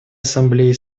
ассамблеи